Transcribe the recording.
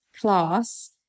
class